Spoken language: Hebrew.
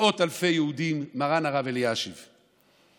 מאות אלפי יהודים, מרן הרב אלישיב זצ"ל.